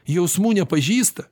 jausmų nepažįsta